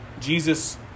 Jesus